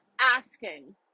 asking